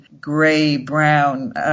gray-brown